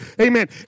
Amen